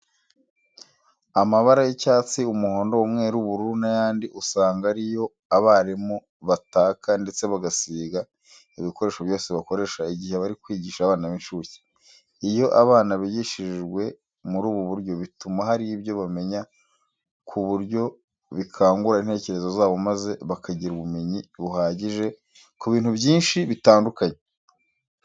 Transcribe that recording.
Amabara y'icyatsi, umuhondo, umweru, ubururu n'ayandi usanga ari yo abarimu bataka ndetse bagasiga ibikoresho byose bakoresha igihe bari kwigisha abana b'incuke. Iyo abana bigishijwe muri ubu buryo bituma hari ibyo bamenya ku buryo bikangura intekerezo zabo maze bakagira ubumenyi buhagije ku bintu byinshi bitandukanye.